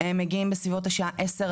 הם מגיעים בסביבות השעה 22:00,